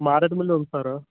మారడుమల్లి ఉంది సారు